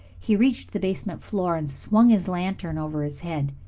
he reached the basement floor and swung his lantern over his head.